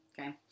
Okay